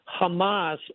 Hamas